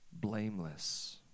blameless